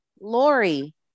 Lori